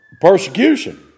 persecution